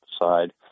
Side